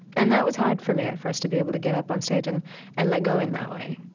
and that was hard for me at first, to be able to get up on stage and and let go in that way,